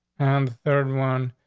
and the third one,